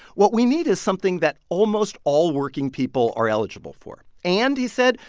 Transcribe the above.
what we need is something that almost all working people are eligible for. and, he said,